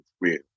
real